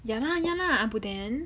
ya lah ya lah abuden